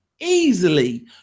easily